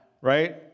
right